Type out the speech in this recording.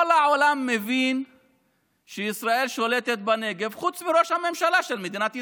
כל העולם מבין שישראל שולטת בנגב חוץ מראש הממשלה של מדינת ישראל.